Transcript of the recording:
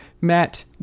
Matt